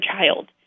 child